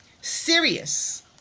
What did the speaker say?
serious